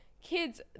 kids